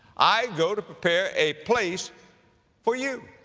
i go to prepare a place for you.